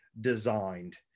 designed